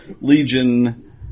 Legion